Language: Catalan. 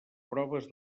proves